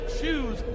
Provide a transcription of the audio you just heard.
choose